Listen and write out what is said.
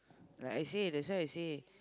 like I say that's why I say